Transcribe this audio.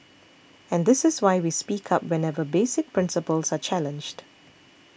and this is why we speak up whenever basic principles are challenged